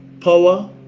power